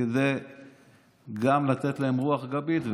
כדי לתת להם רוח גבית,